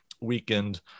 weakened